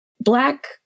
Black